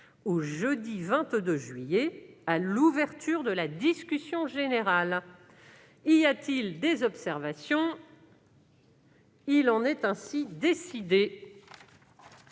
au jeudi 22 juillet, à l'ouverture de la discussion générale. Y a-t-il des observations ?... Il en est ainsi décidé.